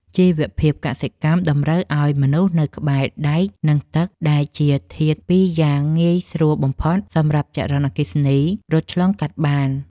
ជីវភាពកសិកម្មតម្រូវឱ្យមនុស្សនៅក្បែរដែក និងទឹកដែលជាធាតុពីរយ៉ាងងាយស្រួលបំផុតសម្រាប់ចរន្តអគ្គិសនីរត់ឆ្លងកាត់បាន។